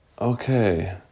okay